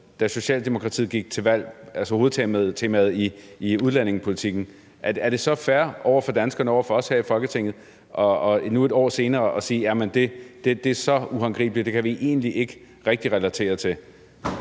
da Socialdemokratiet gik til valg. Er det så fair over for danskerne, over for os her i Folketinget nu et år senere at sige: Det er så uhåndgribeligt, det kan vi egentlig ikke rigtig relatere til?